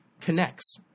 connects